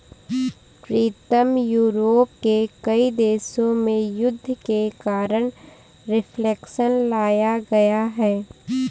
प्रीतम Europe के कई देशों में युद्ध के कारण रिफ्लेक्शन लाया गया है